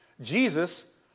Jesus